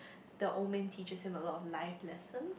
that old man teaches him a lot of life lessons